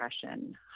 depression